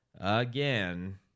again